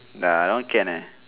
nah that one can leh